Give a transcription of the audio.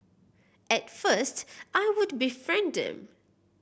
at first I would befriend them